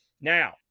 Now